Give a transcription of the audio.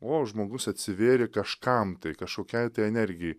o žmogus atsivėrė kažkam tai kašokiai tai energijai